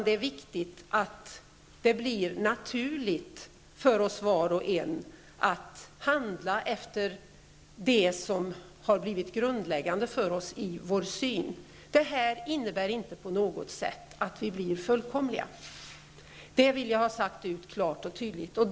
Det är viktigt att det blir naturligt för var och en att handla efter de här värderingarna, att de har blivit grundläggande för vårt synsätt. Det innebär inte på något sätt att vi blir fullkomliga -- det vill jag klar och tydligt säga.